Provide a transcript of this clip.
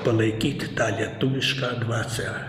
palaikyt tą lietuvišką dvasią